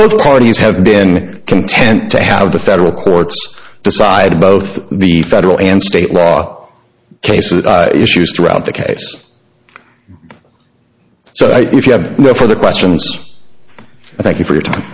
both parties have been content to have the federal courts decide both the federal and state law cases issues throughout the case so if you have no further questions thank you for your time